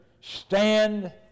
stand